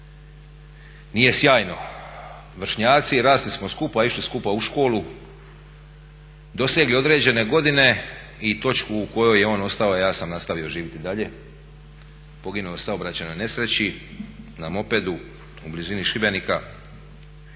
nije sjajno. Vršnjaci, rasli smo skupa, išli skupa u školu, dosegli određene godine i točku u kojoj je on ostao, a ja sam nastavio živjeti dalje, poginuo u saobraćajnoj nesreći na mopedu u blizini Šibenika